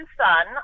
son